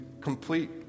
complete